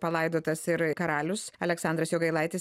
palaidotas ir karalius aleksandras jogailaitis